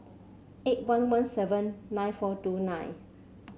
eight one one seven nine four two nine